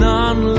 None